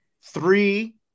three